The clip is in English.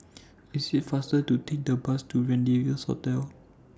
IT IS faster to Take The Bus to Rendezvous Hotel